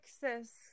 Texas